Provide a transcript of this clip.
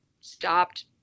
stopped